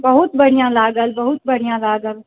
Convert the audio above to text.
बहुत बढ़िआँ लागल बहुत बढ़िआँ लागल